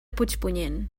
puigpunyent